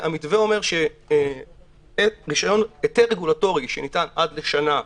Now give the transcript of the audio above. והמתווה אומר שהיתר רגולטורי שניתן עד לשנה,